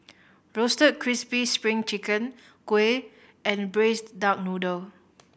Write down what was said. Roasted Crispy Spring Chicken Kuih and Braised Duck Noodle